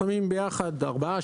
שמים ביחד ארבעה,